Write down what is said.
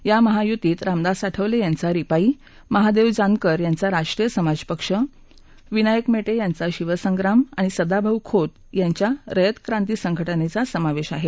या महायुतीत रामदास आठवले यांचा रिपाई महादेव जानकर यांचा राष्ट्रीय समाज पक्ष विनायक मेटे यांचा शिवसंग्राम आणि सदाभाऊ खोत यांच्या रयत क्रांती संघटनेचा समावेश आहे